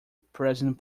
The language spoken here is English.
present